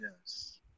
Yes